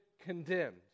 condemned